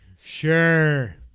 Sure